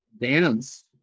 dance